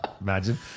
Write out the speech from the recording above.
Imagine